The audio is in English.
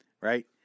right